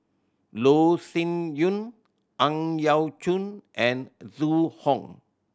Loh Sin Yun Ang Yau Choon and Zhu Hong